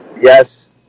Yes